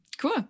Cool